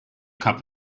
cup